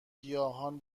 گیاهان